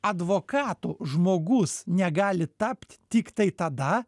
advokatu žmogus negali tapt tiktai tada